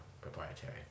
proprietary